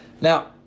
Now